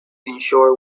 ensure